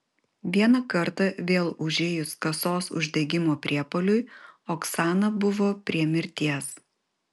vieną kartą vėl užėjus kasos uždegimo priepuoliui oksana buvo prie mirties